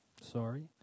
Sorry